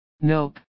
nope